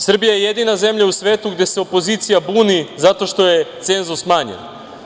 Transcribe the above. Srbija je jedina zemlja u svetu gde se opozicija buni zato što je cenzus smanjen.